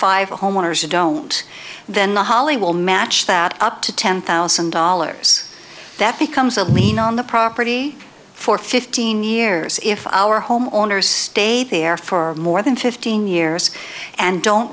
five homeowners don't then the holly will match that up to ten thousand dollars that becomes a mean on the property for fifteen years if our home owners stay there for more than fifteen years and don't